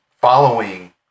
following